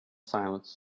silence